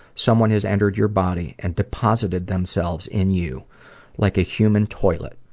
someone has entered your body and deposited themselves in you like a human toilet.